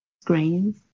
screens